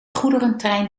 goederentrein